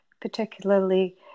particularly